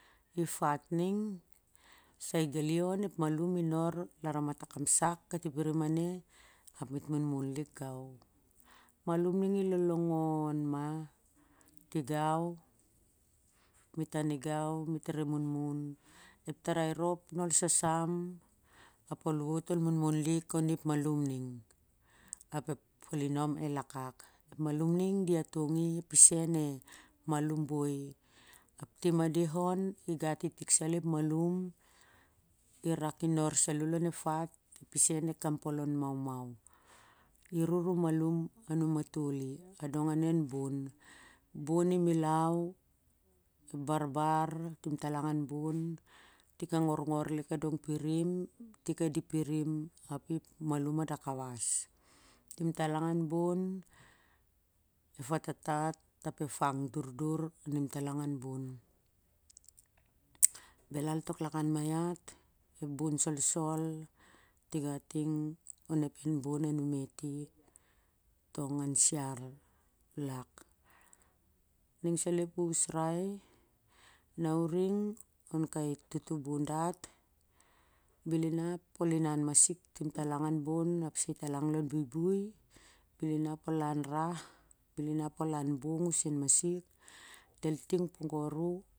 I fat ning sai gali on ep malum i nor lar a matan kapsak ap mit munmun lik gau ap malum ning i lo longon ma tigam mit a nigau mit rere munmun tarai rop na sasam ap na ol munmun gau ap ep fem el akak mah ap ep malum ning di atong ep isen e malum boi tim a deh on i gat i tik salo ep malum i rak i nor nalo lon ep fat ep isen e kompolon maumau i ru ni malum a numatali a dong ane an bon i milau ep barbar tintalangan ben i lik a ngor ngor lik a dong pirim i lik a dim pirim ap i ep malum a da kawas timtalang an bon ep fatalat ap ep fang durdur tian talang an bon belal lik lakan maiat ep bon solsol tigating on ep enbon a numet i tong an siar lak ning salo ep usrai na uring on kai tutubun dat belinap ol inan masik timtalang an bon ap sai talang don buibui bel in ol an rah bel inap ol lan bong usen masik del ting pogor u.